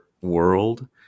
world